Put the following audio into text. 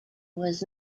was